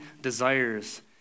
desires